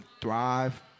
thrive